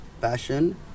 fashion